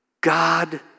God